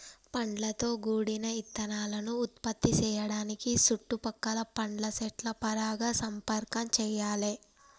పండ్లతో గూడిన ఇత్తనాలను ఉత్పత్తి సేయడానికి సుట్టు పక్కల పండ్ల సెట్ల పరాగ సంపర్కం చెయ్యాలే